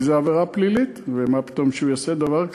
כי זו עבירה פלילית ומה פתאום שהוא יעשה דבר כזה.